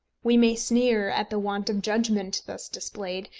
we may sneer at the want of judgment thus displayed,